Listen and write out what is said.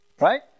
Right